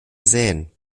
sähen